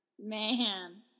Man